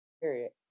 period